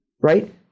right